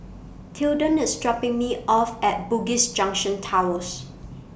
Tilden IS dropping Me off At Bugis Junction Towers